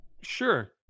Sure